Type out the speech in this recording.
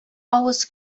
авыз